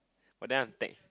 but then I'm tec~